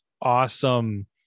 awesome